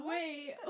Wait